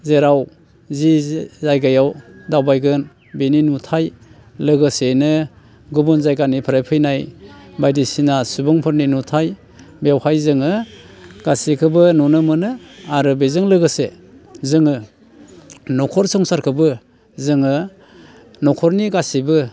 जेराव जि जायगायाव दावबायगोन बिनि नुथाइ लोगोसेनो गुबुन जायगानिफ्राय फैनाय बायदिसिना सुबुंफोरनि नुथाय बेवहाय जोङो गसिखोबो नुनो मोनो आरो बेजों लोगोसे जोङो न'खर संसारखोबो जोङो न'खरनि गासिबो